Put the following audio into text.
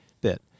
bit